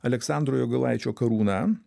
aleksandro jogailaičio karūna